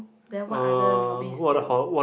than what other hobbies do